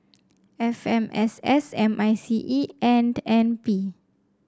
F M S S M I C E and N P